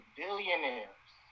billionaires